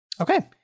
Okay